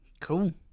Cool